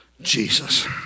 Jesus